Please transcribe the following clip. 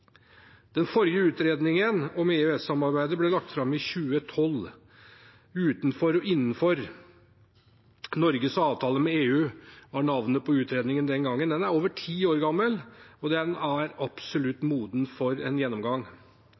Den forrige utredningen om EØS-samarbeidet ble lagt fram i 2012. «Utenfor og innenfor – Norges avtale med EU» var navnet på den utredningen. Den er over ti år gammel, og den er absolutt moden for en gjennomgang.